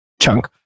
chunk